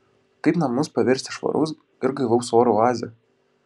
kaip namus paversti švaraus ir gaivaus oro oaze